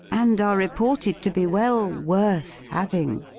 and are reported to be well worth having.